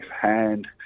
hand